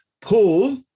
Paul